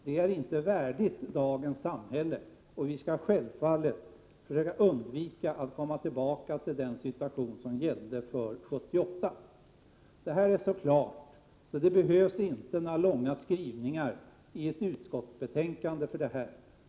Det är inte värdigt dagens samhälle. Vi skall självfallet försöka undvika att komma tillbaka till den situation som rådde 1978. Detta är så självklart att det inte behövs några långa skrivningar i ett utskottsbetänkande.